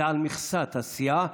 זה על מכסת הסיעה.